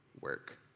work